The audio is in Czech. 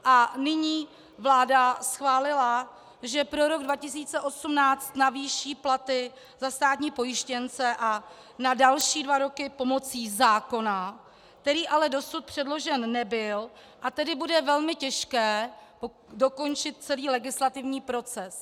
A nyní vláda schválila, že pro rok 2018 navýší platy za státní pojištěnce a na další dva roky pomocí zákona, který ale dosud předložen nebyl, a tedy bude velmi těžké dokončit celý legislativní proces.